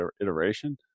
iteration